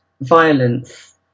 violence